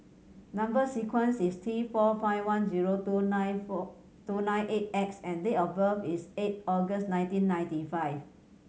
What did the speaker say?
number sequence is T four five one zero two nine four two nine eight X and date of birth is eight August nineteen ninety five